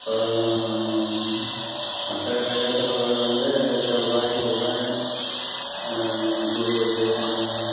இப்போது மற்ற கிரகத்தை விட வந்து செவ்வாய் புதன் கு நு